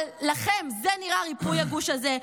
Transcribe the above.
אבל לכם זה נראה ריפוי, הגוש הזה?